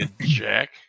Jack